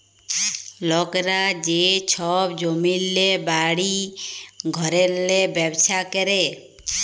লকরা যে ছব জমিল্লে, বাড়ি ঘরেল্লে ব্যবছা ক্যরে